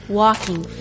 walking